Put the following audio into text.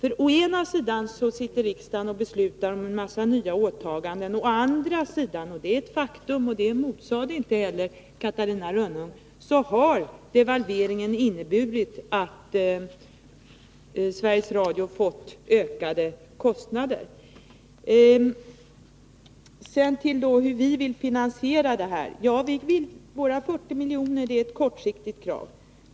Å ena sidan beslutar riksdagen om en mängd nya åtaganden, och å andra — det är ett faktum, och Catarina Rönnung motsade inte heller det — har devalveringen inneburit att Sveriges Radio fått ökade kostnader. Hur vill då vi finansiera detta? Vårt krav på 40 milj.kr. avser kompenseringar på kort sikt.